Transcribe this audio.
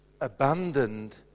abandoned